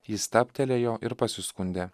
ji stabtelėjo ir pasiskundė